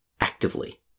actively